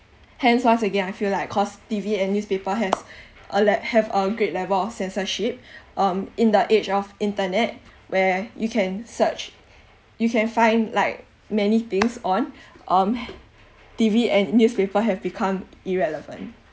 hence once again I feel like cause T_V and newspaper has a le~ have a great level of censorship um in the age of internet where you can search you can find like many things on um T_V and newspaper have become irrelevant